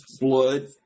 blood